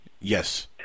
Yes